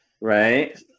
Right